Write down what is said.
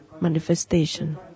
manifestation